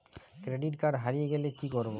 Credit card হারিয়ে গেলে কি করব?